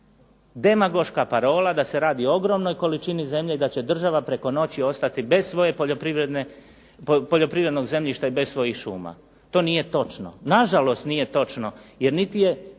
demagoška parola da se radi o ogromnoj količini zemlje da će država preko noći ostati bez svoje poljoprivrednog zemljišta i bez svojih šuma. To nije točno. Na žalost nije točno, jer niti